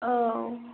औ